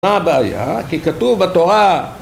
מה הבעיה? כי כתוב בתורה